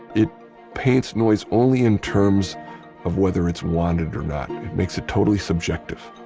it paints noise only in terms of whether it's wanted or not. it makes it totally subjective.